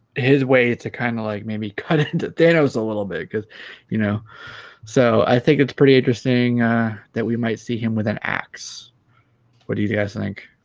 his way to kind of like maybe cut it into day knows a little bit because you know so i think it's pretty interesting that we might see him with an axe what do you guys and think